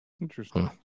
Interesting